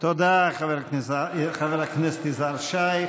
תודה, חבר הכנסת יזהר שי.